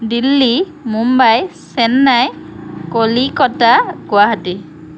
Delhi Mumbai Chennai Kolkata Guwahati